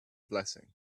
blessing